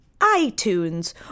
iTunes